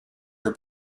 her